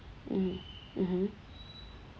mm mmhmm